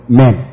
men